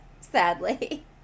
Sadly